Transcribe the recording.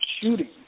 shooting